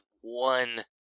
one